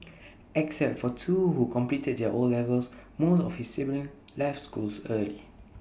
except for two who completed their O levels most of his siblings left schools early